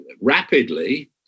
Rapidly